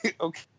Okay